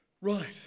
Right